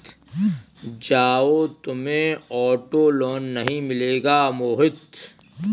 जाओ, तुम्हें auto loan नहीं मिलेगा मोहित